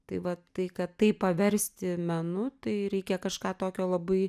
tai vat tai kad tai paversti menu tai reikia kažką tokio labai